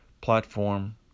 platform